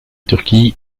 turquie